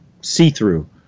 see-through